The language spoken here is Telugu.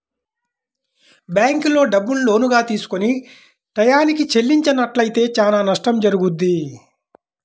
బ్యేంకుల్లో డబ్బుని లోనుగా తీసుకొని టైయ్యానికి చెల్లించనట్లయితే చానా నష్టం జరుగుద్ది